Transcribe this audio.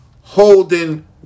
holding